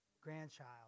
grandchild